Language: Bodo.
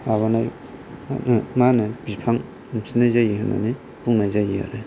बिखौनो बिफां मोनफिननाय होननानै बुंनाय जायो